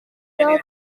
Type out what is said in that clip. choir